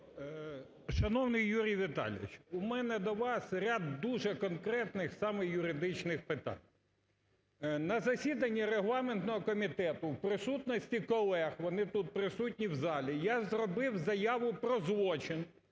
Шановний, Юрій Віталійович, у мене до вас ряд дуже конкретних саме юридичних питань. На засіданні регламентного комітету в присутності колег, вони тут присутні в залі, я зробив заяву про злочин